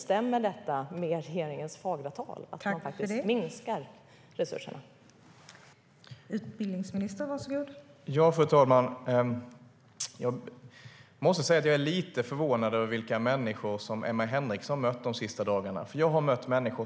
Stämmer detta med regeringens fagra tal, att man faktiskt minskar resurserna?